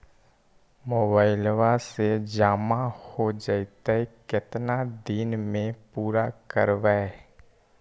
Mobile से जामा हो जैतय, केतना दिन में पुरा करबैय?